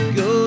go